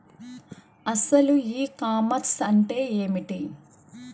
అసలు e commerce అంటే ఏమిటి?